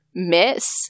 miss